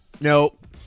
nope